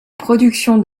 production